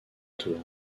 tour